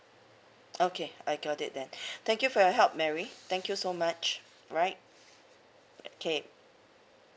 okay I got it then thank you for your help marry thank you so much right okay